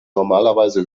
normalerweise